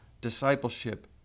discipleship